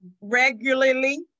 regularly